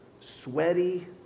sweaty